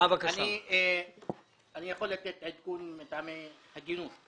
אני יכול לתת עדכון מטעמי הגינות.